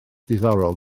diddorol